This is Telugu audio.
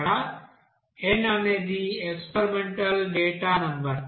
ఇక్కడ n అనేది ఎక్స్పెరిమెంటల్ డేటా నెంబర్